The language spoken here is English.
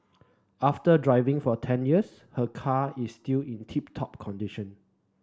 after driving for ten years her car is still in tip top condition